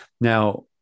Now